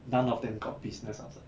none of them got business outside